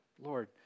Lord